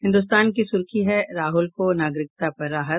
हिन्दुस्तान की सुर्खी है राहुल को नागरिकता पर राहत